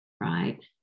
right